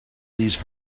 these